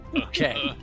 okay